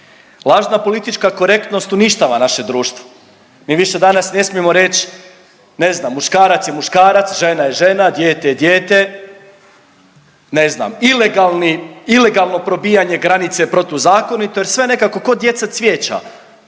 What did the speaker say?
Lažna politička korektnost uništava naše društvo. Mi više danas ne smijemo reći ne znam muškarac je muškarac, žena je žena, dijete je dijete, ne znam ilegalni, ilegalno probijanje granice je protuzakonito jer sve nekako ko djeca cvijeća